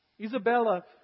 Isabella